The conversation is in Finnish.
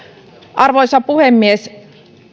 arvoisa puhemies